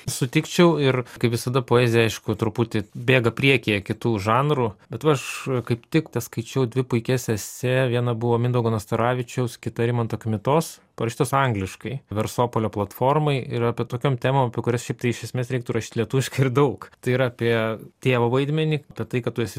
sutikčiau ir kaip visada poezija aišku truputį bėga priekyje kitų žanrų bet aš kaip tik ta skaičiau dvi puikias esė viena buvo mindaugo nastaravičiaus kita rimanto kmitos parašytos angliškai versopolio platformai ir apie tokiom temom apie kurias šiaip tai iš esmės reiktų rašyti lietuviškai ir daug tai yra apie tėvo vaidmenį apie tai kad tu esi